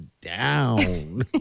down